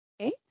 Okay